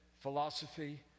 philosophy